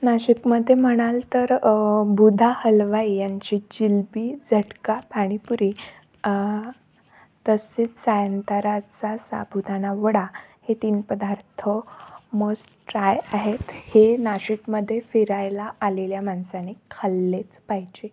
नाशिकमध्ये म्हणाल तर बुधा हलवाई यांची जिलबी झटका पाणीपुरी तसेच सायंताराचा साबुदाणा वडा हे तीन पदार्थ मस्ट ट्राय आहेत हे नाशिकमध्ये फिरायला आलेल्या माणसाने खाल्लेच पाहिजे